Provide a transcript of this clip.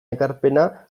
ekarpena